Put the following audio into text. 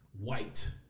white